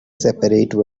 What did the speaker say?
separate